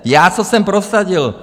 Já co jsem prosadil?